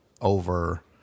over